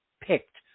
picked